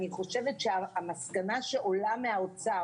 אני חושבת שהמסקנה שעולה מהאוצר,